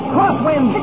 Crosswind